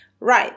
Right